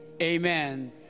Amen